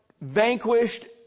vanquished